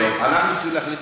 אני מציע,